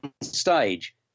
stage